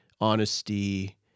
honesty